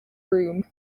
room